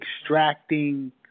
extracting